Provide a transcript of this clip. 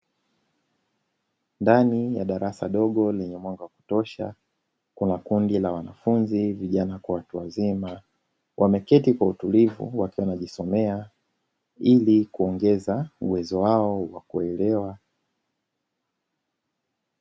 Ndani ya darasa dogo lenye mwanga wa kutosha kuna kundi la wanafunzi vijana kwa watu wazima wameketi kwa utulivu wakiwa wanajisomea ili kuongeza uwezo wao wa kuelewa.